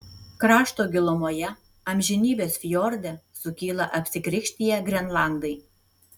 krašto gilumoje amžinybės fjorde sukyla apsikrikštiję grenlandai